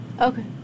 Okay